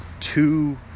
two